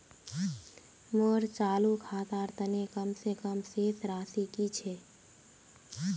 मोर चालू खातार तने कम से कम शेष राशि कि छे?